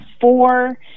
four